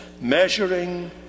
measuring